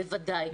בוודאי.